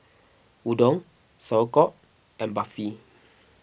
Udon Sauerkraut and Barfi